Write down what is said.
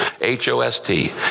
H-O-S-T